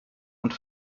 und